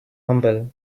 humble